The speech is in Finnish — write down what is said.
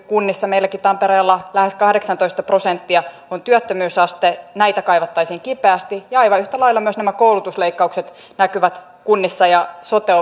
kunnissa meilläkin tampereella lähes kahdeksantoista prosenttia on työttömyysaste näitä kaivattaisiin kipeästi ja aivan yhtä lailla myös nämä koulutusleikkaukset näkyvät kunnissa ja sote